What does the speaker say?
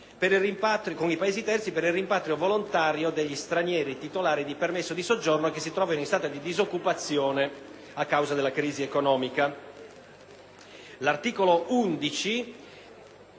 con i Paesi terzi per il rimpatrio volontario degli stranieri titolari di permesso di soggiorno che si trovino in stato disoccupazione a causa della crisi economica.